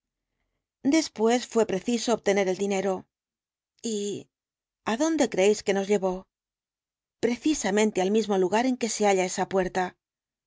después fué preciso obtener el dinero y adonde creéis que nos llevó precisamente al mismo lugar en que se halla esa puerta